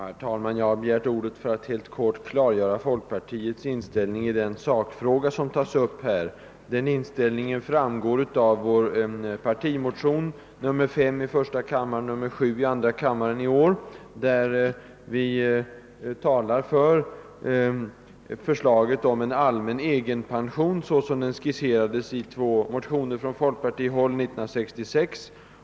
Herr talman! Jag har begärt ordet för att helt kort klargöra folkpartiets inställning i den sakfråga som tas upp i förevarande utlåtande. Den inställningen framgår av vårt partimotionspar I:5 och II: 7, till årets riksdag där vi talar för förslaget om en allmän egenpension såsom det skisserades i två motioner från folkpartihåll 1966.